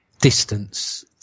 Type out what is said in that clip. distance